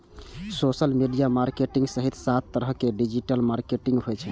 social media marketing सहित सात तरहक डिजिटल मार्केटिंग होइ छै